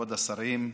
כבוד השרים,